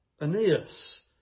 Aeneas